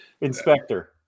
Inspector